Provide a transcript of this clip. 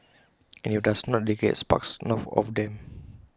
and if IT does not they get sparks knocked off them